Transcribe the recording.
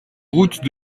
route